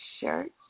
shirt